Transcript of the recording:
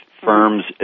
firms